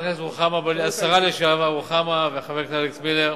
השרה לשעבר רוחמה וחבר הכנסת אלכס מילר,